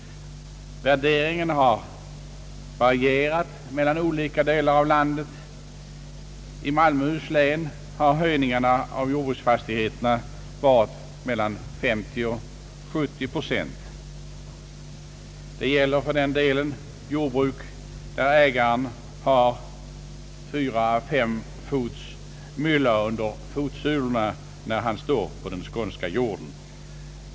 Värderingen har varierat mellan olika delar av landet. I Malmöhus län har höjningarna av taxeringsvärdena på jordbruksfastigheter varit 50—70 procent; det gäller för den delen jordbruk där ägaren har fyra å fem fot mylla under fotsulorna när han står på den skånska jorden.